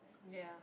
ya